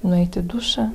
nueit į dušą